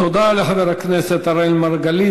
תודה לחבר הכנסת אראל מרגלית.